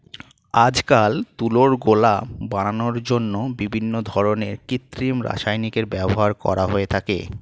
আজকাল তুলোর গোলা বানানোর জন্য বিভিন্ন ধরনের কৃত্রিম রাসায়নিকের ব্যবহার করা হয়ে থাকে